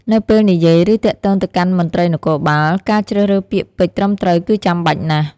នៅពេលនិយាយ ឬទាក់ទងទៅកាន់មន្ត្រីនគរបាល ការជ្រើសរើសពាក្យពេចន៍ត្រឹមត្រូវគឺចាំបាច់ណាស់។